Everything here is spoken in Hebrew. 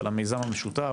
על המיזם המשותף,